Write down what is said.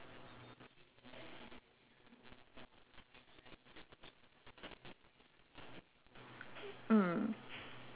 mm